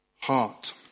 heart